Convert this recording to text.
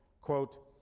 quote,